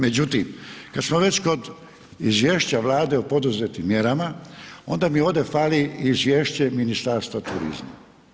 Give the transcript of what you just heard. Međutim, kad smo već kod izvješća Vlade o poduzetim mjerama onda mi ovdje fali izvješće Ministarstva turizma.